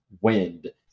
wind